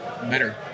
better